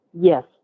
Yes